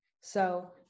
so-